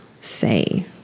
say